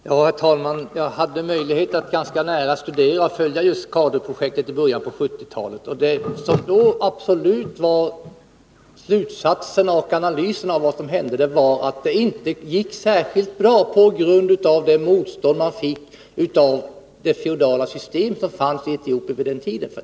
Herr talman! Jag hade möjlighet att ganska nära följa just CADU projektet i början av 1970-talet. Slutsatsen av den analys som då gjordes var att det inte gick särskilt bra på grund av det motstånd man mötte från de feodala system som fanns i Etiopien vid den tiden.